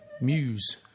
Muse